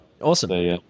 Awesome